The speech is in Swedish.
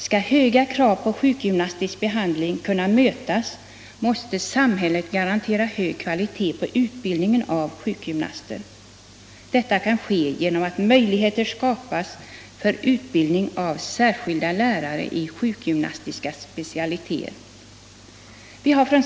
Om höga krav på sjukgymnastisk behandling skall kunna tillgodoses måste samhället garantera hög kvalitet på utbildningen av sjukgymnaster. Detta kan ske genom att möjligheter skapas för utbildning av särskilda lärare i sjukgymnastiska specialiteter.